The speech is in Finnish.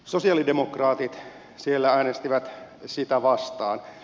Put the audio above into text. sosialidemokraatit siellä äänestivät sitä vastaan